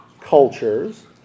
cultures